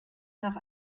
nach